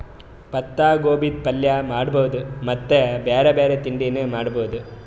ಪತ್ತಾಗೋಬಿದ್ ಪಲ್ಯ ಮಾಡಬಹುದ್ ಮತ್ತ್ ಬ್ಯಾರೆ ಬ್ಯಾರೆ ತಿಂಡಿನೂ ಮಾಡಬಹುದ್